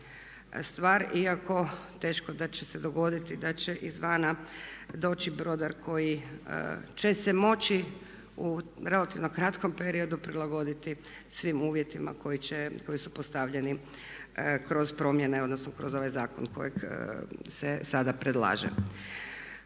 stvar, iako teško da će se dogoditi da će izvana doći brodar koji će se moći u relativno kratkom periodu prilagoditi svim uvjetima koji će, koji su postavljeni kroz promjene, odnosno kroz ovaj zakon kojeg se sada predlaže.